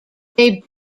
they